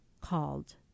called